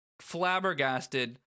flabbergasted